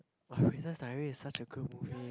[wah] Princess Diary is such a good movie